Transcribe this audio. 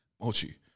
Mochi